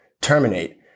terminate